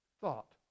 thought